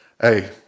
hey